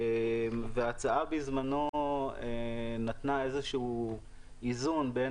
ההצעה בזמנו נתנה איזון בין,